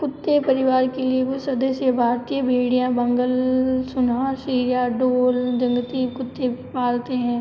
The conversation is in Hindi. कुत्ते परिवार के लिए वो सदस्य भारतीय भेड़िया बंगल सुनहार सियार ढोल जंगली कुत्ते पालते हैं